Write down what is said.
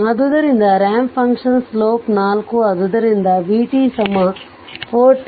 ಆದ್ದರಿಂದ ರಾಂಪ್ ಫಂಕ್ಷನ್ನ ಸ್ಲೋಪ್ 4ಆದುದರಿಂದ vt4tu u